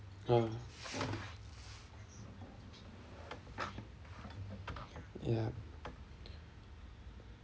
uh ya